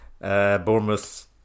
Bournemouth